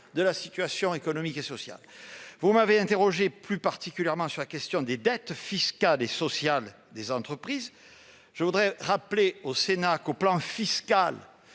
de la situation économique et sociale. Vous m'avez interrogé plus particulièrement sur la question des dettes fiscales et sociales des entreprises. Permettez-moi de rappeler au Sénat que, sur le plan fiscal,